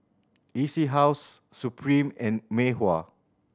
E C House Supreme and Mei Hua